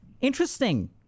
Interesting